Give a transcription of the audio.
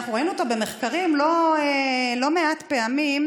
אנחנו ראינו אותו במחקרים לא מעט פעמים.